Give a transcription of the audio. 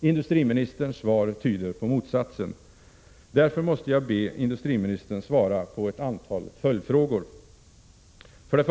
Industriministerns svar tyder på motsatsen. Därför måste jag be industriministern svara på ett antal följdfrågor: 1.